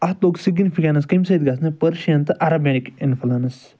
اَتھ لوٚگ سِگنِفِکینَس کٔمۍ سۭتۍ گژھنہِ پٕرشَن تہٕ عربِک اِنٛفُلَنٕس